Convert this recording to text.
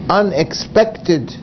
unexpected